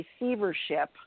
receivership